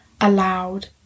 allowed